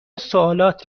سوالات